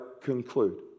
conclude